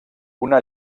una